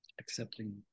accepting